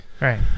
Right